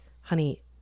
honey